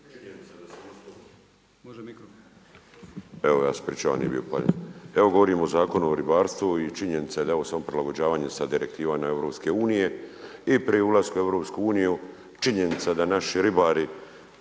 Izvolite. **Bulj, Miro (MOST)** Evo govorimo o Zakonu o ribarstvu i činjenica je da je ovo samo prilagođavanje sa direktivama EU i pri ulasku u EU, činjenica da naši ribari